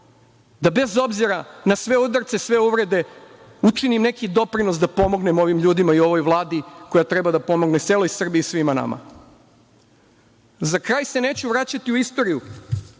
da, bez obzira na sve udarce, sve uvrede, učinim neki doprinos da pomognem ovim ljudima i ovoj Vladi koja treba da pomogne celoj Srbiji i svima nama.Za kraj se neću vraćati u istoriju,